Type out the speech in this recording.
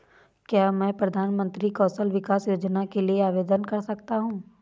क्या मैं प्रधानमंत्री कौशल विकास योजना के लिए आवेदन कर सकता हूँ?